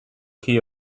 key